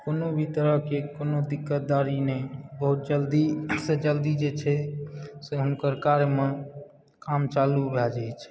कोनो भी तरहकेँ कोनो दिक्कतदारी नहि बहुत जल्दीसँ जल्दी जे छै से हुनकर कार्यमऽ काम चालू भए जाइत छै